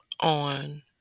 on